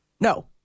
No